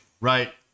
right